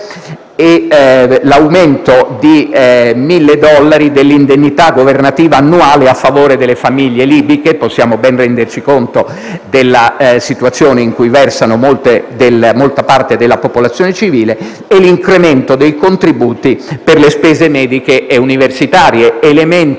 l'aumento di 1.000 dollari dell'indennità governativa annuale a favore delle famiglie libiche (possiamo ben renderci conto della situazione in cui versa molta parte della popolazione civile); l'incremento dei contributi per le spese mediche e universitarie. Si